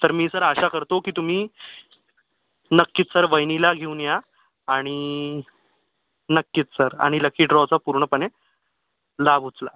sir मी sir आशा करतो की तुम्ही नक्कीच सर वहिनीला घेऊन या आणि नक्कीच सर आणि लकी ड्रॉचा पूर्णपणे लाभ उचला